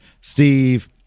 Steve